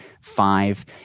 five